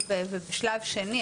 ובשלב שני,